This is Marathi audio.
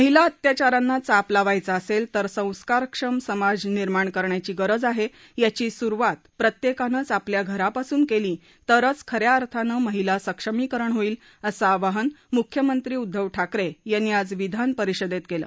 महिला अत्याचारांना चाप लावायचा असेल तर संस्कारक्षम समाज निर्माण करण्याची गरज आहे याची सुरुवात प्रत्येकानेच आपल्या घरापासून केली तरच खऱ्या अर्थानं महिला सक्षमीकरण होईल असं आवाहन मुख्यमंत्री उद्दव ठाकरे यांनी आज विधानपरिषदेत केलं